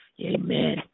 Amen